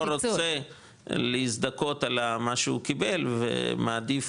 לא רוצה להזדכות על מה שהוא קיבל ומעדיף